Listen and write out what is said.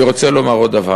אני רוצה לומר עוד דבר.